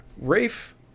Rafe